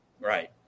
Right